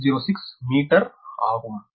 05606 metre ஆகும்